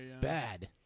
bad